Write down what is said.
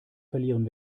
verlieren